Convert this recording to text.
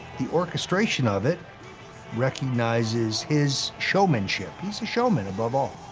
the orchestration of it recognizes his showmanship. he's a showman above all.